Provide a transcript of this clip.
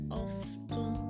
often